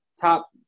top